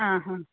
ആ ഹ